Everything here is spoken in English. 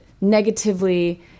negatively